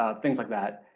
ah things like that.